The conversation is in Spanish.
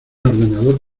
ordenador